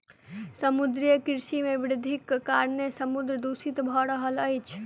समुद्रीय कृषि मे वृद्धिक कारणेँ समुद्र दूषित भ रहल अछि